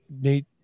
Nate